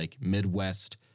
Midwest